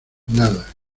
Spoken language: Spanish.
nada